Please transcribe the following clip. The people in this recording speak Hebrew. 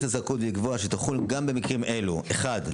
הזכאות ולקבוע שתחול גם במקרים אלו: אחד,